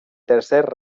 tercer